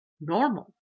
normal